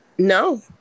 no